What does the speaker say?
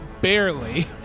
barely